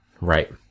Right